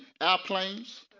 airplanes